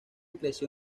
creció